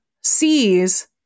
sees